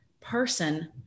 person